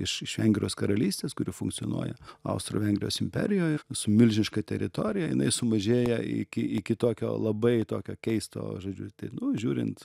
iš iš vengrijos karalystės kuri funkcionuoja austro vengrijos imperijoj su milžiniška teritorija jinai sumažėja iki iki tokio labai tokio keisto žodžiu tai nu žiūrint